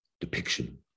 depiction